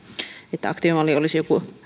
että aktiivimalli olisi jokin